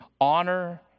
Honor